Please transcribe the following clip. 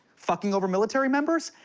fucking over military members?